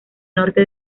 norte